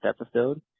episode